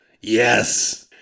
Yes